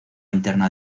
interna